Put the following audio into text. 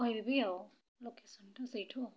କହିଦେବି ଆଉ ଲୋକେସନ୍ ଟା ସେଉଠୁ ଆଉ